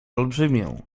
olbrzymią